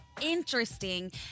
interesting